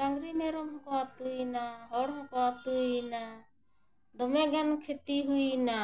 ᱰᱟᱹᱝᱨᱤ ᱢᱮᱨᱚᱢ ᱦᱚᱸᱠᱚ ᱟᱹᱛᱩᱭᱮᱱᱟ ᱦᱚᱲ ᱦᱚᱸᱠᱚ ᱟᱹᱛᱩᱭᱮᱱᱟ ᱫᱚᱢᱮ ᱜᱟᱱ ᱠᱷᱚᱛᱤ ᱦᱩᱭᱮᱱᱟ